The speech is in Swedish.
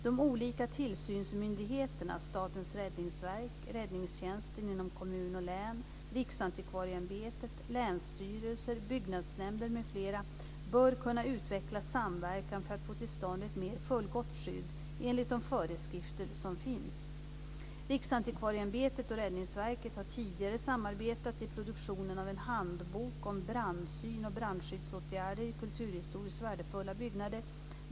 De olika tillsynsmyndigheterna - Statens räddningsverk, räddningstjänsten inom kommun och län, Riksantikvarieämbetet, länsstyrelser, byggnadsnämnder m.fl. - bör kunna utveckla samverkan för att få till stånd ett mer fullgott skydd, enligt de föreskrifter som finns. Riksantikvarieämbetet och Räddningsverket har tidigare samarbetat i produktionen av en handbok om brandsyn och brandskyddsåtgärder i kulturhistoriskt värdefulla byggnader.